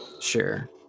Sure